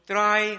Try